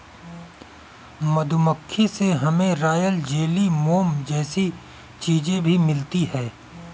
मधुमक्खी से हमे रॉयल जेली, मोम जैसी चीजे भी मिलती है